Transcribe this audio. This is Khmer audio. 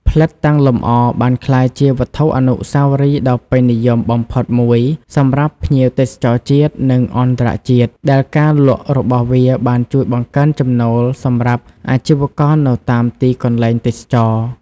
ផ្លិតតាំងលម្អបានក្លាយជាវត្ថុអនុស្សាវរីយ៍ដ៏ពេញនិយមបំផុតមួយសម្រាប់ភ្ញៀវទេសចរណ៍ជាតិ និងអន្តរជាតិ ដែលការលក់របស់វាបានជួយបង្កើនចំណូលសម្រាប់អាជីវករនៅតាមទីកន្លែងទេសចរណ៍។